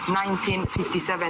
1957